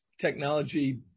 technology